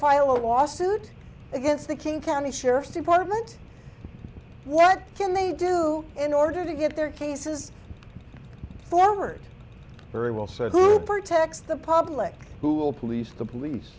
file a lawsuit against the king county sheriff's department what can they do in order to get their cases forward very well so who protects the public who will police the police